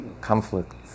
conflict